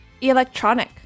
electronic